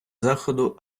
заходу